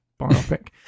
Biopic